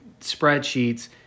spreadsheets